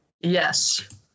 Yes